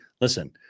Listen